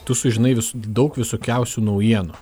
tu sužinai vis daug visokiausių naujienų